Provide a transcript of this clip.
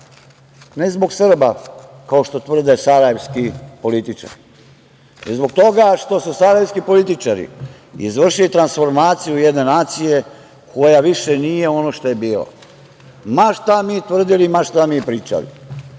ne zbog Srba, kao što tvrde sarajevski političari, već zbog toga što su sarajevski političari izvršili transformaciju jedne nacije koja više nije ono što je bila, ma šta mi tvrdili, ma šta mi pričali. Zato